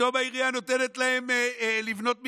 פתאום העירייה נותנת להם לבנות מגדלים.